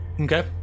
Okay